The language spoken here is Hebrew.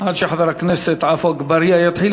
עד שחבר הכנסת עפו אגבאריה יתחיל,